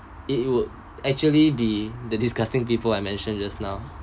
it would actually be the disgusting people I mentioned just now